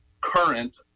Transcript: current